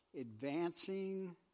advancing